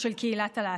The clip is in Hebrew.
של קהילת הלהט"ב.